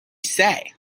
say